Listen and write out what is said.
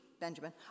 Benjamin